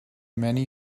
many